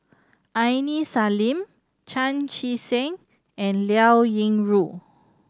Aini Salim Chan Chee Seng and Liao Yingru